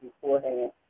beforehand